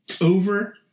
over